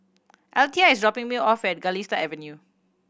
Alethea is dropping me off at Galistan Avenue